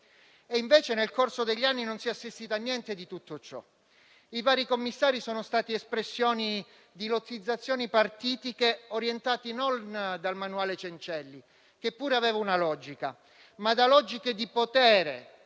e invece, nel corso degli anni, non si è assistito a niente di tutto ciò. I vari commissari sono stati espressione di lottizzazioni partitiche, orientate non dal manuale Cencelli, che pure aveva una logica, ma da logiche di potere